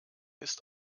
ist